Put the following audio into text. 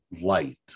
light